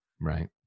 Right